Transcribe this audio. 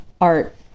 art